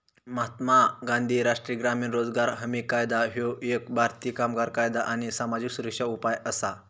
महात्मा गांधी राष्ट्रीय ग्रामीण रोजगार हमी कायदा ह्यो एक भारतीय कामगार कायदा आणि सामाजिक सुरक्षा उपाय असा